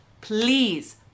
please